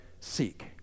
seek